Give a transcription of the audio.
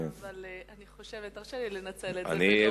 אבל תרשה לי לנצל את זה ולומר,